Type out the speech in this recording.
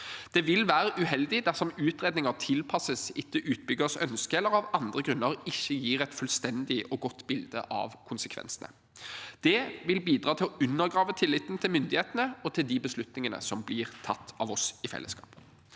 Det vil være uheldig dersom utredninger tilpasses etter utbyggers ønske eller av andre grunner ikke gir et fullstendig og godt bilde av konsekvensene. Det vil kunne bidra til å undergrave tilliten til myndighetene og til beslutningene som blir tatt av oss i fellesskap.